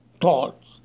thoughts